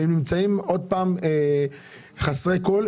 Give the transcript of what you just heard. והם נמצאים עוד פעם חסרי כל,